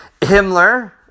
Himmler